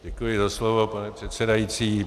Děkuji za slovo, pane předsedající.